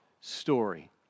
story